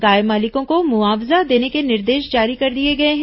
गाय मालिकों को मुआवजा देने के निर्देश जारी कर दिए गए हैं